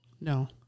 No